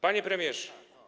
Panie Premierze!